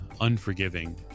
unforgiving